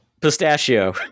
Pistachio